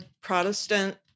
Protestant